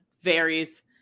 varies